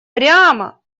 прямо